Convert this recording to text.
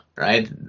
Right